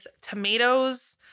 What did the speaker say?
tomatoes